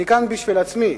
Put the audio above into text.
אני כאן בשביל עצמי.